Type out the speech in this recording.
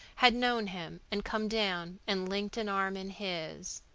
had known him and come down and linked an arm in his.